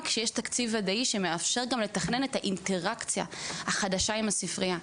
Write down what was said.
כשיש תקציב וודאי שמאפשר גם לתכנן את האינטראקציה החדשה עם הספרייה.